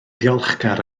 ddiolchgar